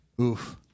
Oof